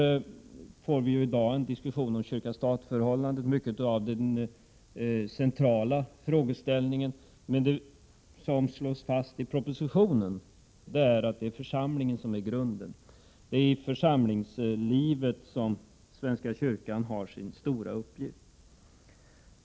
I dag får vi ju en diskussion om kyrka-stat-förhållandet, den centrala frågeställningen, men det som slås fast i propositionen är att det är församlingarna som utgör grunden, det är i församlingarna som svenska kyrkan skall ha sin stora uppgift.